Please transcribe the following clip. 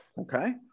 okay